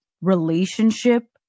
relationship